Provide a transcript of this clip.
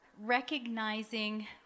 recognizing